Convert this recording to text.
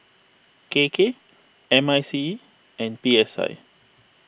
K K M I C E and P S I